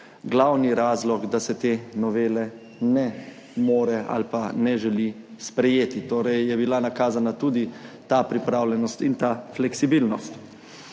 glavni razlog, da se te novele ne more ali pa ne želi sprejeti. Torej je bila nakazana tudi ta pripravljenost in ta fleksibilnost.